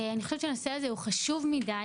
אני חושבת שהנושא הזה הוא חשוב מדיי,